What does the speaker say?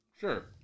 Sure